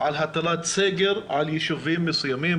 על הטלת סגר על יישובים מסוימים,